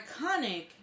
iconic